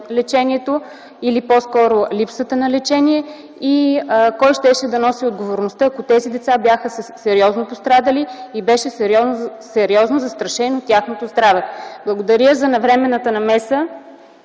лечението или по-скоро липсата на лечение и кой щеше да носи отговорността, ако тези деца бяха сериозно пострадали и беше сериозно застрашено тяхното здраве. Благодаря за навременната намеса